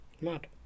mad